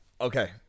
Okay